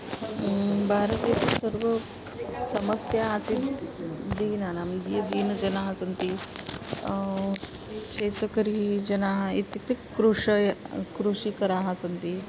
भारते सर्वे समस्या आसीत् दीनानां ये दीनजनाः सन्ति शेतकरीजनाः इत्युक्ते कृषि कृषिकराः सन्ति